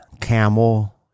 camel